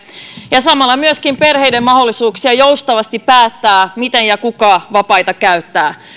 ja samalla myöskin perheiden mahdollisuuksia joustavasti päättää miten ja kuka vapaita käyttää